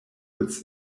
its